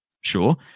Sure